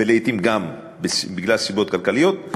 לעתים גם בגלל סיבות כלכליות,